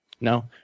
No